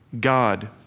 God